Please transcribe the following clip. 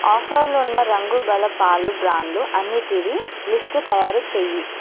ఆఫర్లు ఉన్న రంగు బలపాలు బ్రాండ్లు అన్నిటివి లిస్టు తయారు చేయి